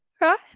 right